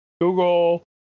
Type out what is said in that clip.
Google